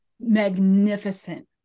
magnificent